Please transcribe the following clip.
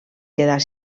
quedar